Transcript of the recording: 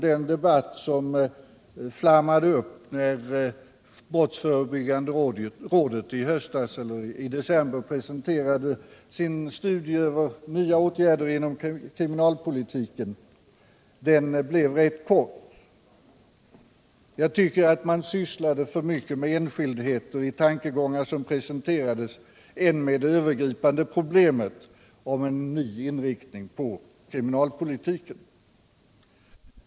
Den debatt som flammade upp när brottsförebyggande rådet i december presenterade sin studie över nya åtgärder inom kriminalpolitiken blev rätt kort. Min bedömning är att man sysslade mera med enskildheter i de tankegångar som presenterades än med det övergripande problemet —- en ny inriktning av kriminalpolitiken.